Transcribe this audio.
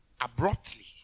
Abruptly